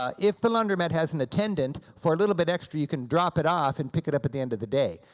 ah if the laundromat has an attendant, for a little bit extra you can drop it off and pick it up at the end of the day.